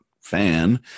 fan